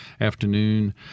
afternoon